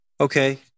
Okay